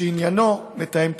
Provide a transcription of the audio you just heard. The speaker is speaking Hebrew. שעניינו מתאם טיפול.